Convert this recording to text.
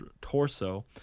torso